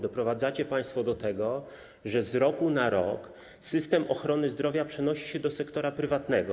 Doprowadzacie państwo do tego, że z roku na rok system ochrony zdrowia przenosi się do sektora prywatnego.